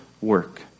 work